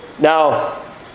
Now